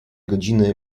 godziny